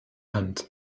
hand